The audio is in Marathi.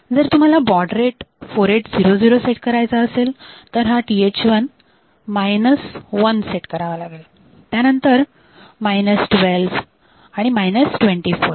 जर तुम्हाला बॉड रेट 4800 सेट करायचा असेल तर हा TH1 मायनस वन सेट करावा लागेल त्यानंतर मायनस 12 आणि मायनस ट्वेंटी फोर